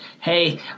hey